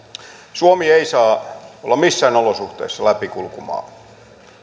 suomi ei saa olla missään olosuhteissa läpikulkumaa